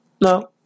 No